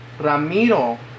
Ramiro